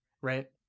right